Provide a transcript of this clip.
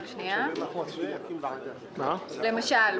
למשל,